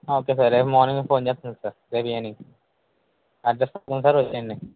okay sir రేపు మార్నింగే phone చేస్తాను సార్ రేపు చేయనీకి అడ్రస్ పెడతాను సార్ వచ్చేయండి